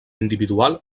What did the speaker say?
individual